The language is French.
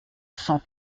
cent